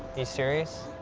you serious?